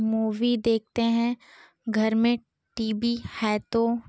movie देखते हैं घर में टी वी है तो